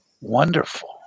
wonderful